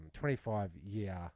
25-year